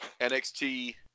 NXT